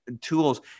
tools